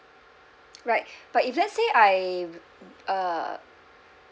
right but if let's say I've uh